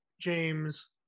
James